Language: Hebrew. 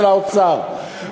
של האוצר,